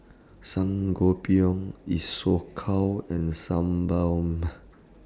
Sangobion Isocal and Sebamed